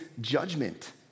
judgment